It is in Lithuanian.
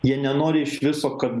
jie nenori iš viso kad